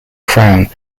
crown